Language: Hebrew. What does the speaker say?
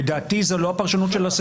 לדעתי זו לא הפרשנות של הסעיף.